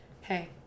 hey